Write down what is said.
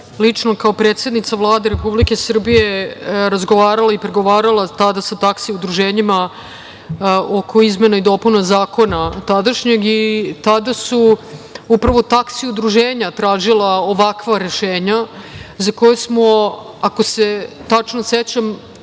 lično, kao predsednica Vlade Republike Srbije, razgovarala i pregovarala tada sa taksi udruženjima oko izmena i dopuna zakona tadašnjeg. Tada su upravo taksi udruženja tražila ovakva rešenja za koje smo, ako se tačno sećam,